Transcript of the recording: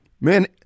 Man